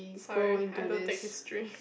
sorry I don't take history